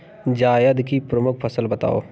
जायद की प्रमुख फसल बताओ